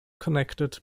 connected